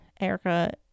Erica